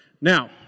Now